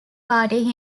party